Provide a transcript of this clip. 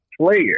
player